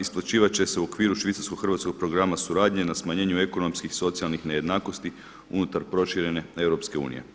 Isplaćivat će se u okviru švicarsko hrvatskog programa suradnje na smanjenju ekonomskih socijalnih nejednakosti unutar proširene EU.